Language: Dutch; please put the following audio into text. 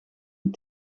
een